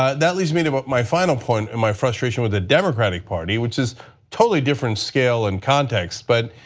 ah that leads me to but my final point with and my frustration with the democratic party which is totally different scale and context but